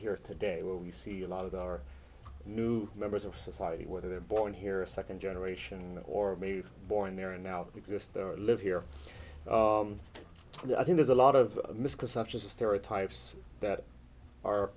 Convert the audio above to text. here today where we see a lot of our new members of society whether they're born here a second generation or maybe born here and now exist or live here i think there's a lot of misconceptions the stereotypes that are